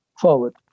forward